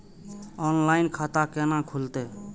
Online खाता केना खुलते?